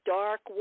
dark